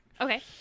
Okay